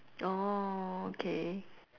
orh okay